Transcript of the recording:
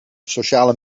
sociale